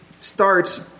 starts